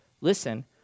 listen